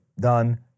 done